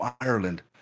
Ireland